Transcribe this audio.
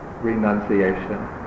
renunciation